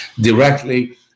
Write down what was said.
directly